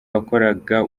wakoraga